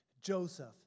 Joseph